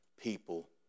people